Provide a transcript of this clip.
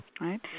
right